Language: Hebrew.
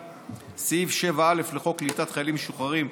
7. סעיף 7א לחוק קליטת חיילים משוחררים,